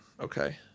Okay